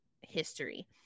history